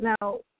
Now